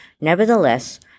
Nevertheless